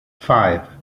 five